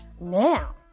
Now